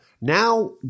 Now